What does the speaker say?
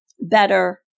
better